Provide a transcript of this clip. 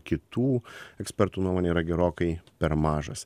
kitų ekspertų nuomone yra gerokai per mažas